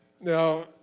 Now